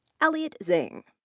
elliott zingg.